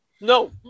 no